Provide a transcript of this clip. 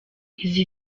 izo